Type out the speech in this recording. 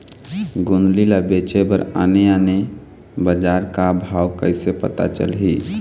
गोंदली ला बेचे बर आने आने बजार का भाव कइसे पता चलही?